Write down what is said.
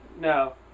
no